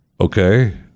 Okay